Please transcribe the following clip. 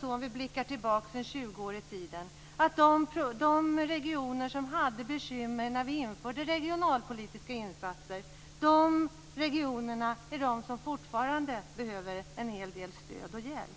Om vi blickar tillbaka 20 år i tiden ser vi att de regioner som hade bekymmer när vi införde regionalpolitiska insatser fortfarande behöver en hel del stöd och hjälp.